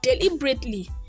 deliberately